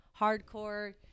hardcore